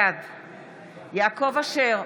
בעד יעקב אשר,